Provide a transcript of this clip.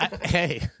hey